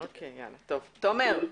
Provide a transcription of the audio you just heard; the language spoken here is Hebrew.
ברוכי, אתה רוצה לומר משהו?